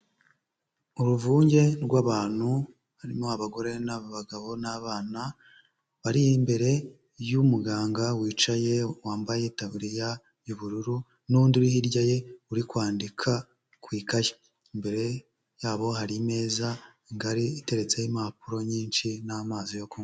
Uruvunge rw'abantu, harimo abagore n'abagabo n'abana, bari imbere y'umuganga wicaye, wambaye itaburiya y'ubururu n'undi uri hirya ye, uri kwandika ku ikayi. Imbere yabo hari imeza ngari, iteretseho impapuro nyinshi n'amazi yo kunywa.